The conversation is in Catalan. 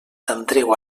andreu